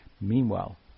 Meanwhile